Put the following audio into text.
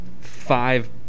five